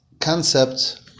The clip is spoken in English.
concept